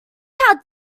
how